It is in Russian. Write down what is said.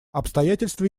обстоятельства